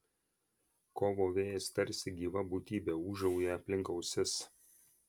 kovo vėjas tarsi gyva būtybė ūžauja aplink ausis